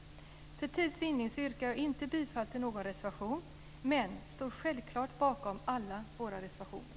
För tids vinning yrkar jag inte bifall till någon reservation, men jag står självklart bakom alla våra reservationer.